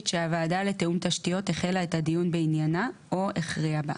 שהוועדה לתיאום תשתיות החלה את הדיון בעניינה או הכריעה בה.